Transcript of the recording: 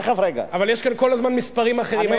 שכל הזמן יש כאן מספרים אחרים.